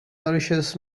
nourishes